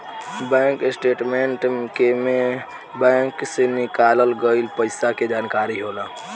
bank statement के में bank से निकाल गइल पइसा के जानकारी होला